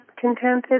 contented